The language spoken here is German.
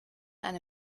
eine